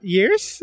Years